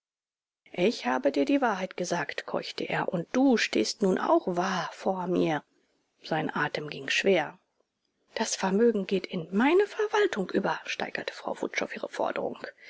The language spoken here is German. ich habe dir die wahrheit gesagt keuchte er und du stehst nun auch wahr vor mir sein atem ging schwer das vermögen geht in meine verwaltung über steigerte frau wutschow ihre forderung